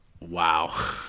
Wow